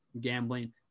gambling